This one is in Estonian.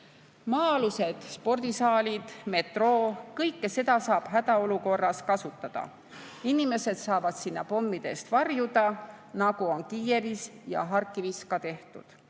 Maa-alused spordisaalid, metroo – kõike seda saab hädaolukorras kasutada. Inimesed saavad sinna pommide eest varjuda, nagu on Kiievis ja Harkivis ka tehtud.